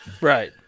Right